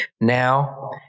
Now